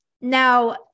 Now